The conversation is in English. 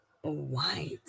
white